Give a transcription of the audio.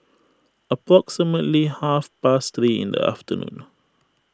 approximately half past three in the afternoon